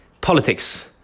Politics